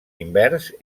invers